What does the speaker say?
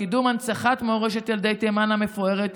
קידום הנצחת מורשת ילדי תימן המפוארת,